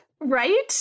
right